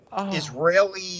Israeli